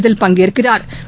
இதில் பஙகேற்கிறா்